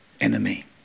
enemy